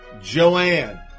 Joanne